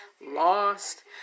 lost